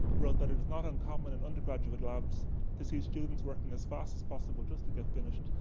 wrote that it is not uncommon in undergraduate labs to see students working as fast as possible just to get finished,